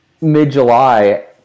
mid-July